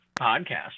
podcast